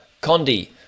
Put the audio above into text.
Condi